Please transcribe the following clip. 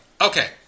okay